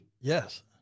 Yes